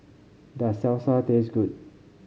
does Salsa taste good